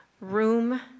room